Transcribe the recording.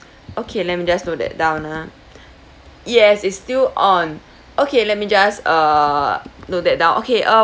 okay let me just note that down ah yes is still on okay let me just err note that down okay uh